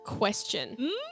Question